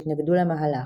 שהתנגדו למהלך.